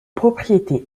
propriétés